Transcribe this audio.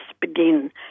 begin